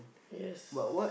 yes